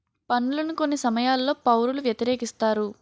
పన్నులను కొన్ని సమయాల్లో పౌరులు వ్యతిరేకిస్తారు